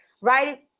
right